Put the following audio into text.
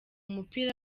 mupira